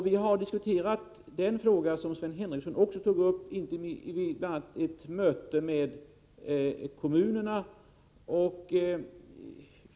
Vi har diskuterat den fråga som Sven Henricsson också tog upp, bl.a. vid ett möte med kommunerna.